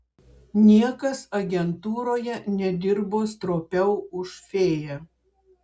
niekas agentūroje nedirbo stropiau už fėją